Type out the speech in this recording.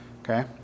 okay